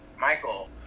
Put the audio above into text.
Michael